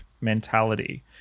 mentality